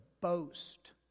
boast